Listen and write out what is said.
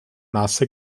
nasse